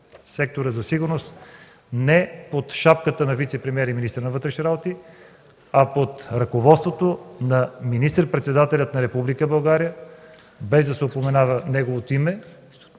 сектора за сигурност не под шапката на вицепремиер и министър на вътрешните работи, а под ръководството на министър-председателя на Република България, без да се упоменава неговото име,